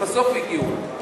בסוף הגיעו,